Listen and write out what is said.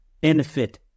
benefit